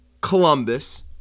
Columbus